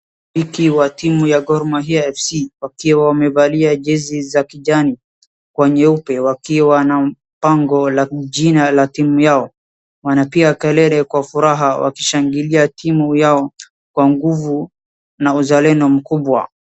Shabiki wa timu ya Gor Mahia FC wakiwa wamevalia jezi za kijani kwa nyeupe wakiwa na bango la jina ya timu yao. Wanapiga kelele kwa furaha wakishangilia timu yao kwa nguvu na uzalendo mkubwa.